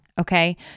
okay